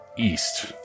east